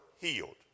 healed